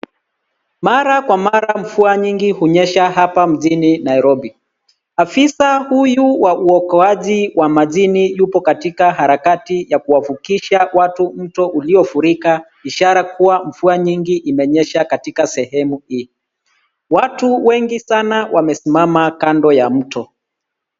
Mara kwa mara mvua nyingi hunyesha hapa mjini Nairobi. Afisa huyu wa uokoaji wa majini yupo katika harakati ya kuwavukisha watu mto uliofurika ishara kuwa mvua nyingi imenyesha katika sehemu hii. Watu wengi sana wamesimama kando ya mto.